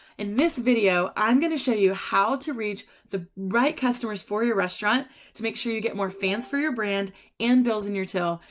in this video i'm going to show you how to reach the. right customers for your restaurant to make sure you. get more fans for your brand and bills in your till.